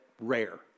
rare